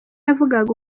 yavugaga